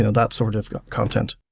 so that sort of content.